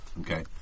Okay